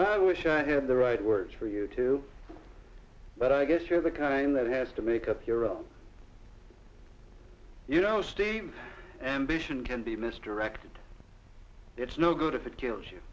i wish i had the right words for you too but i guess you're the kind that has to make up your you know steve and vision can be mis directed it's no good if it kills you